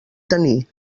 tenir